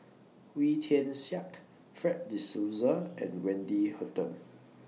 Wee Tian Siak Fred De Souza and Wendy Hutton